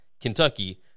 Kentucky